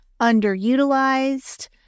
underutilized